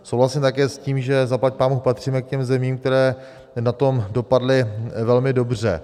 Souhlasím také s tím, že zaplať pánbůh patříme k těm zemím, které na tom dopadly velmi dobře.